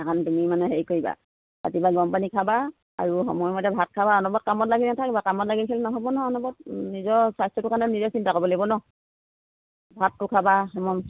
সেইকাৰণে তুমি মানে হেৰি কৰিবা ৰাতিপুৱা গৰম পানী খাবা আৰু সময়মতে ভাত খাবা অনবৰত কামত লাগি নাথাকিবা কামত লাগি খেল নহ'ব ন অনবৰত নিজৰ স্বাস্থ্যটো নিজে চিন্তা কৰিব লাগিব ন ভাতটো খাবা